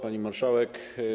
Pani Marszałek!